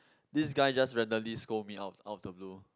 this guy just randomly scold me out of out of the blue